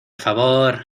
favor